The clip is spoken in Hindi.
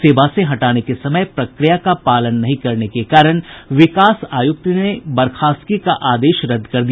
सेवा से हटाने के समय प्रक्रिया का पालन नहीं करने के कारण विकास आयुक्त ने बर्खास्तगी का आदेश रद्द कर दिया